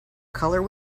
color